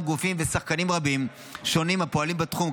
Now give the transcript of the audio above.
גופים ושחקנים רבים ושונים הפועלים בתחום,